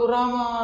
Rama